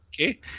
Okay